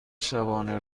شبانه